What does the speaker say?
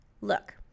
Look